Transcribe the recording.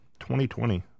2020